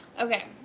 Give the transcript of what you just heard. Okay